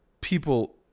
people